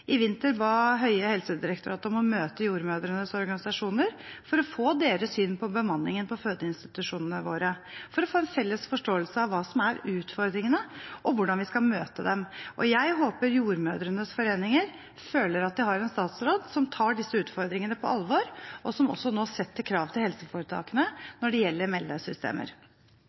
I vinter ba Høie Helsedirektoratet om å møte jordmødrenes organisasjoner for å få deres syn på bemanningen på fødeinstitusjonene våre, for å få en felles forståelse av hva som er utfordringene, og hvordan vi skal møte dem. Jeg håper jordmødrenes foreninger føler at de har en statsråd som tar disse utfordringene på alvor, og som også nå setter krav til helseforetakene når det gjelder meldesystemer.